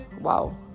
wow